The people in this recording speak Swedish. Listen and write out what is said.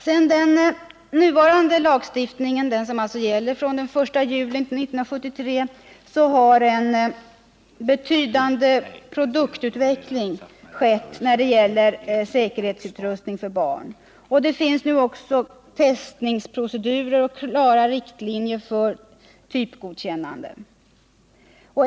Sedan den nuvarande lagstiftningen trädde i kraft den 1 juli 1973 har en betydande produktutveckling ägt rum när det gäller barnsäkerhetsutrustning, och det finns nu också testningsprocedurer och klara riktlinjer för typgodkännande.